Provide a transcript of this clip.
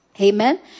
Amen